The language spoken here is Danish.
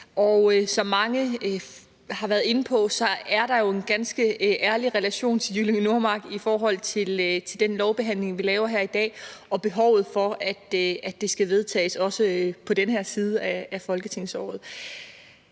og som mange har været inde på, er der jo en ganske særlig relation til Jyllinge Nordmark i den lovbehandling, vi laver her i dag, i forhold til behovet for, at den skal vedtages, også på den her side af folketingsåret.